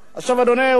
עכשיו, אדוני היושב-ראש,